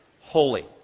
holy